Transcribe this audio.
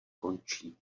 končí